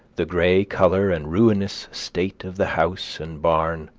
the gray color and ruinous state of the house and barn,